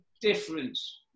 difference